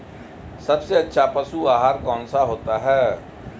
सबसे अच्छा पशु आहार कौन सा होता है?